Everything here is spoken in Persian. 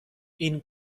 این